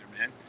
man